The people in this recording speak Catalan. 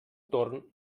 torn